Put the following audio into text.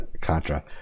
Contra